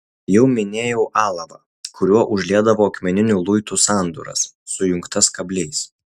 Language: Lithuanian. jau minėjau alavą kuriuo užliedavo akmeninių luitų sandūras sujungtas kabliais